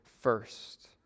first